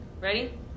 Ready